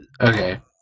Okay